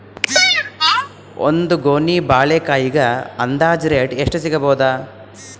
ಒಂದ್ ಗೊನಿ ಬಾಳೆಕಾಯಿಗ ಅಂದಾಜ ರೇಟ್ ಎಷ್ಟು ಸಿಗಬೋದ?